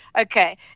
Okay